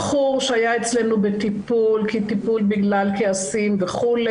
בחור שהיה אצלנו בטיפול בגלל כעסים וכו'